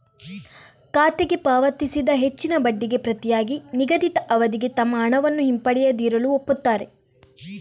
ಖಾತೆಗೆ ಪಾವತಿಸಿದ ಹೆಚ್ಚಿನ ಬಡ್ಡಿಗೆ ಪ್ರತಿಯಾಗಿ ನಿಗದಿತ ಅವಧಿಗೆ ತಮ್ಮ ಹಣವನ್ನು ಹಿಂಪಡೆಯದಿರಲು ಒಪ್ಪುತ್ತಾರೆ